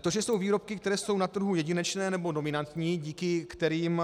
To, že jsou výrobky, které jsou na trhu jedinečné nebo dominantní, díky kterým